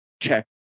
check